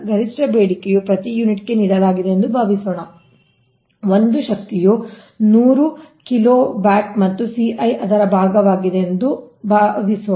ಗರಿಷ್ಠ ಬೇಡಿಕೆಯ ಪ್ರತಿ ಯೂನಿಟ್ಗೆ ನೀಡಲಾಗಿದೆ ಎಂದು ಭಾವಿಸೋಣ ಒಂದು ಶಕ್ತಿಯು ನೂರು ಕಿಲೋ ವ್ಯಾಟ್ ಮತ್ತು Ci ಅದರ ಭಾಗವಾಗಿದೆ ಎಂದು ಭಾವಿಸೋಣ